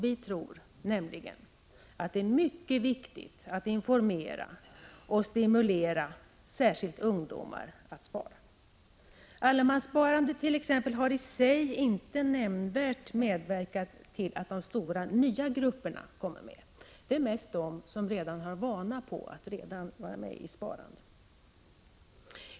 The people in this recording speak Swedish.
Vi tror nämligen att det är mycket viktigt att informera och stimulera särskilt ungdomar att spara. Allemanssparandet t.ex. har i sig inte nämnvärt medverkat till att de stora nya grupperna kommer med. Det är mest de som redan har vanan inne som har gått med i det sparandet.